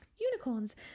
Unicorns